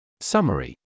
Summary